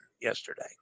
yesterday